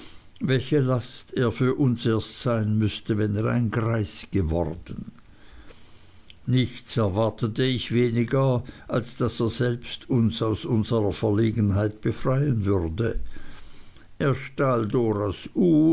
welche last er für uns erst sein müßte wenn er ein greis geworden nichts erwartete ich weniger als daß er selbst uns aus unserer verlegenheit befreien würde er stahl doras